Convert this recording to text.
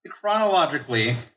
chronologically